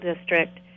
district